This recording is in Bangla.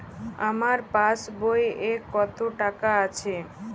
আমার পাসবই এ কত টাকা আছে?